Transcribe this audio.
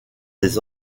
des